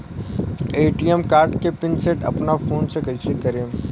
ATM card के pin set अपना phone से कइसे करेम?